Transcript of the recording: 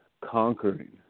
conquering